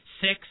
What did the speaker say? six